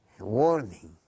warning